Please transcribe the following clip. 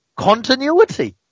Continuity